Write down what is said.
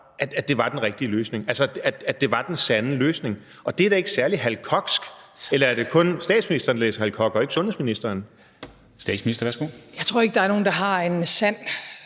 at det var den rigtige løsning, altså at det var den sande løsning. Og det er da ikke særlig Hal Kochsk. Eller er det kun statsministeren, der læser Hal Koch, og ikke sundhedsministeren? Kl. 13:07 Formanden (Henrik Dam Kristensen):